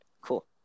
Cool